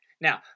Now